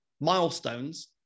milestones